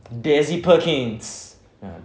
desi perkins ya